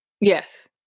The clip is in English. Yes